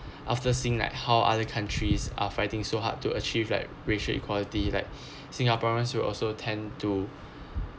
after seeing like how other countries are fighting so hard to achieve like racial equality like singaporeans will also tend to